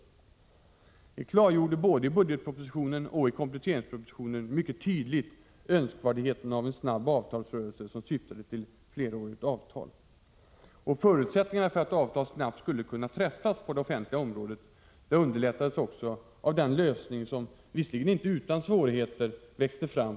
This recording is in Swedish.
Regeringen klargjorde i både budgetpropositionen och kompletteringspropositionen mycket tydligt önskvärdheten av en snabb avtalsrörelse som syftade till ett flerårigt avtal. Det klargjordes med utomordentlig tydlighet att det gällde att parallellt få ned takten i prisoch kostnadsökningarna för att väg därigenom skulle beredas för reallöneförbättringar.